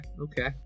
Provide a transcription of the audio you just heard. okay